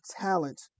talent